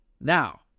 Now